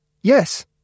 Yes